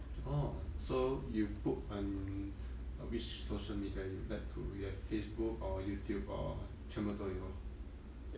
orh so you put on a which social media you like to you have facebook or youtube or 全部都有